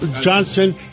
Johnson